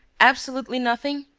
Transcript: absolutely nothing.